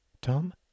Tom